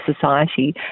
society